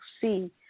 see